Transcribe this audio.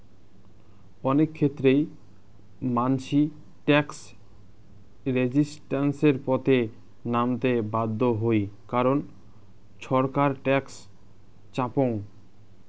অনেক ক্ষেত্রেই মানসি ট্যাক্স রেজিস্ট্যান্সের পথে নামতে বাধ্য হই কারণ ছরকার ট্যাক্স চাপং